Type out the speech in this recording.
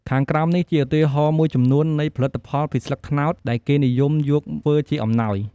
ខាងក្រោមនេះ ជាឧទាហរណ៍មួយចំនួននៃផលិតផលពីស្លឹកត្នោតដែលគេនិយមយកធ្វើជាអំណោយ។